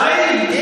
חיים.